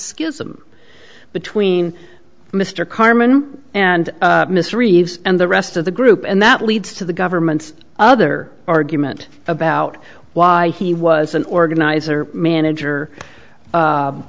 schism between mr carmen and mr reeves and the rest of the group and that leads to the government's other argument about why he was an organizer manager